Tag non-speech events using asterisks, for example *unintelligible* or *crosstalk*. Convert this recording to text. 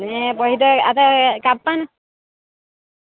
ને પછી તો *unintelligible* કાપવાના